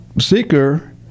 seeker